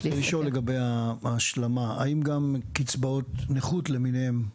--- רציתי לשאול לגבי ההשלמה: האם גם קצבאות נכות למיניהן,